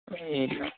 ಇಲ್ಲ